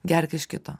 gerk iš kito